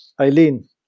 Eileen